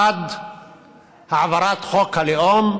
1. העברת חוק הלאום,